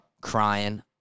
crying